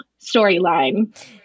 storyline